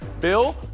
Bill